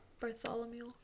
Bartholomew